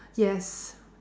yes